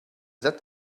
that